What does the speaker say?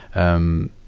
um,